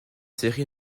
série